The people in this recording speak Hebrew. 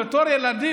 בתור ילדים,